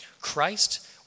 Christ